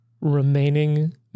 remaining